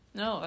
no